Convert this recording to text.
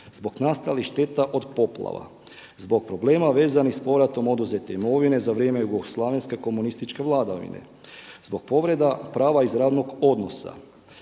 Zbog nastalih šteta od poplava, zbog problema vezanih s povratom oduzete imovine za vrijeme jugoslavenske komunističke vladavine, zbog povreda prava iz radnog odnosa